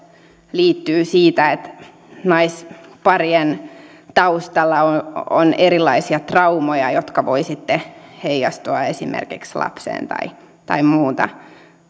siitä että naisparien taustalla on erilaisia traumoja jotka voivat sitten heijastua esimerkiksi lapseen tai tai muuta